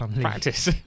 practice